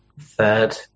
third